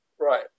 Right